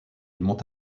monte